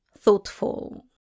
thoughtful